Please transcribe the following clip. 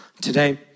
Today